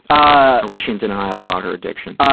ah or was she in denial about her addiction?